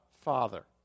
Father